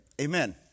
Amen